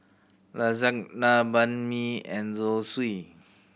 Lasagna Banh Mi and Zosui